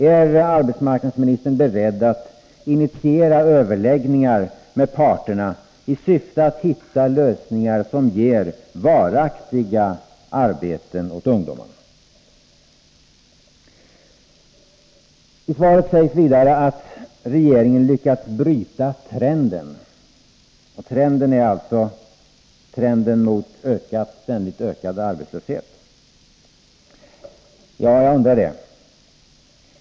Är arbetsmarknadsministern beredd att initiera överläggningar med parterna i syfte att hitta lösningar som ger varaktiga arbeten åt ungdomar? I svaret sägs vidare att regeringen lyckats bryta trenden — ”trenden” är alltså trenden mot ständigt ökad arbetslöshet. Jag undrar det.